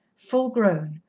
full-grown,